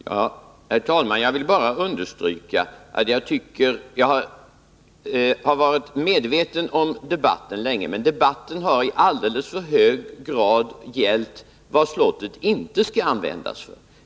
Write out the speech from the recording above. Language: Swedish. Herr talman! Jag har länge följt debatten i denna fråga, och jag vill bara understryka att jag tycker att den i alldeles för hög grad har gällt vad slottet inte skall användas till.